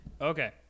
Okay